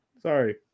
Sorry